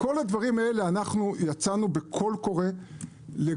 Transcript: לכל הדברים האלה יצאנו בקול קורא לגוף